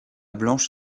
blanche